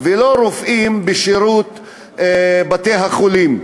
ולא רופאים בשירות בתי-החולים.